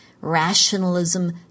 Rationalism